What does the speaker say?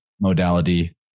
modality